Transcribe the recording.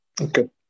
Okay